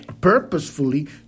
purposefully